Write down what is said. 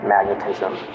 magnetism